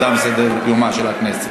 ירדה מסדר-יומה של הכנסת,